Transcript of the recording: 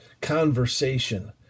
conversation